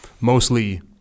mostly